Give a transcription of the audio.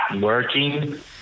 Working